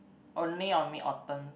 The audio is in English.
only on Mid Autumn